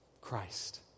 Christ